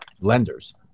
lenders